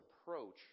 approach